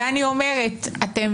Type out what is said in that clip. ואני אומרת: אתם